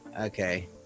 Okay